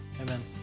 Amen